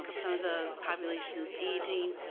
of so the populations aging,